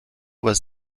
was